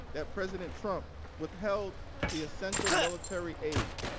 that president trump withheld the essential military aid